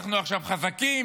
אנחנו עכשיו חזקים,